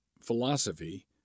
philosophy